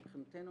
מבחינתנו,